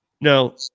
Now